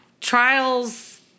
trials